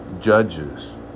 judges